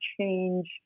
change